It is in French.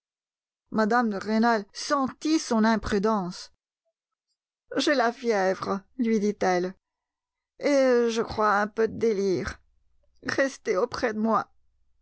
de rênal sentit son imprudence j'ai la fièvre lui dit-elle et je crois un peu de délire restez auprès de moi